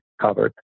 covered